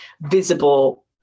visible